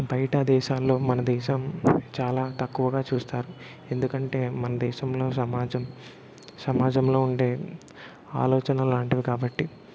బయట దేశాల్లో మన దేశం చాలా తక్కువగా చూస్తారు ఎందుకంటే మన దేశంలో సమాజం సమాజంలో ఉండే ఆలోచనలు అలాంటివి కాబట్టి